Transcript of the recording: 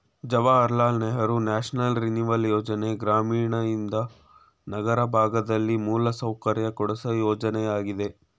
Jawahar Lal Nehru national renewal ಯೋಜನೆ ಗ್ರಾಮೀಣಯಿಂದ ನಗರ ಭಾಗದಲ್ಲಿ ಮೂಲಸೌಕರ್ಯ ಕೊಡ್ಸು ಯೋಜನೆಯಾಗಿದೆ